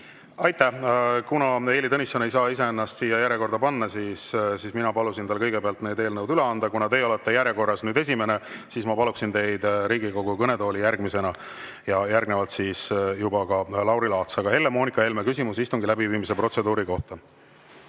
Aitäh! Kuna Heili Tõnisson ei saa ennast siia järjekorda panna, siis mina palusin tal kõigepealt need eelnõud üle anda. Kuna teie olete järjekorras nüüd esimene, siis ma paluksin teid Riigikogu kõnetooli järgmisena. Ja seejärel juba Lauri Laats. Helle-Moonika Helme, küsimus istungi läbiviimise protseduuri kohta.